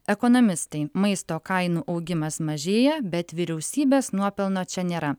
ekonomistai maisto kainų augimas mažėja bet vyriausybės nuopelno čia nėra